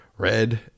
red